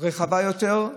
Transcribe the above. רחבה יותר,